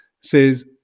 says